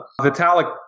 Vitalik